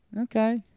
okay